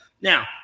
Now